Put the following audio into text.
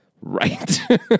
Right